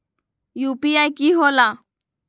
UPI कि होला?